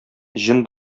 җен